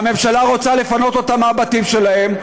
והממשלה רוצה לפנות אותם מהבתים שלהם.